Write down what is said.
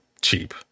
cheap